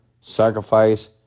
sacrifice